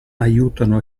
aiutano